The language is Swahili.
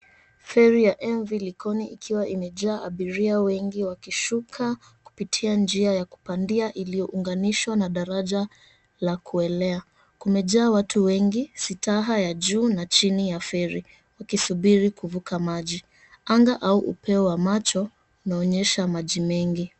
Feri ya MV LIKONI ikiwa imejaa abiria wengi wakishuka kupitia njia ya kupandia iliyo unganishwa na daraja la kuelea. Kumejaa watu wengi sitaha ya juu na chini ya feri wakisubiri kuvuka maji. Anga au upeo wa macho unaonyesha maji mengi.